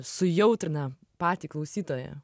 sujautrina patį klausytoją